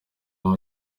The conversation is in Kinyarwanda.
muri